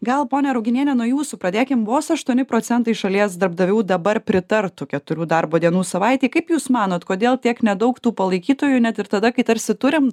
gal ponia ruginiene nuo jūsų pradėkim vos aštuoni procentai šalies darbdavių dabar pritartų keturių darbo dienų savaitei kaip jūs manot kodėl tiek nedaug tų palaikytojų net ir tada kai tarsi turim